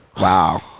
wow